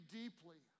deeply